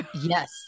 Yes